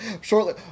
Shortly